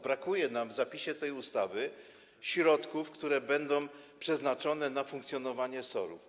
Brakuje nam w przepisach tej ustawy środków, które będą przeznaczone na funkcjonowanie SOR-ów.